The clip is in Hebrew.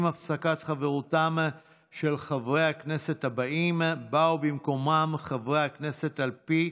עם הפסקת חברותם של חברי הכנסת הבאים באו במקומם חברי הכנסת על פי